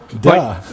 Duh